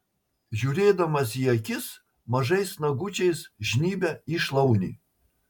žiūrėdamas į akis mažais nagučiais žnybia į šlaunį